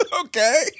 okay